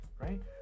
right